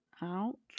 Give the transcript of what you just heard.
out